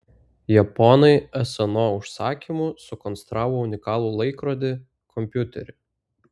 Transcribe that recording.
japonai sno užsakymu sukonstravo unikalų laikrodį kompiuterį